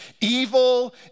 Evil